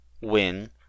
win